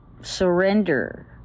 surrender